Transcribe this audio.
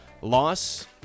loss